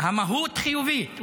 המהות חיובית.